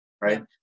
right